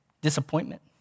disappointment